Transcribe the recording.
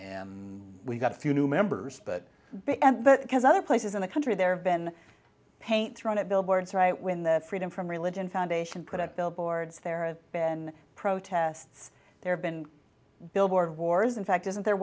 and we've got a few new members but and but because other places in the country there have been paint thrown at billboards right when the freedom from religion foundation put out billboards there been protests there have been billboard wars in fact isn't there